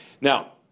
Now